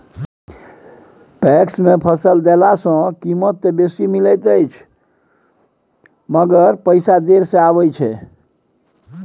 PACS मे फसल देला सॅ कीमत त बेसी मिलैत अछि मगर पैसा देर से आबय छै